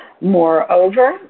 Moreover